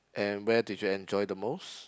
and where did you enjoy the most